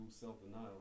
self-denial